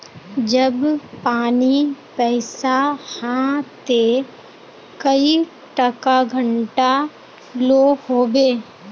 जब पानी पैसा हाँ ते कई टका घंटा लो होबे?